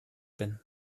bin